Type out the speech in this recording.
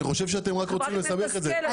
אני חושב שאתם רק רוצים לסבך את זה.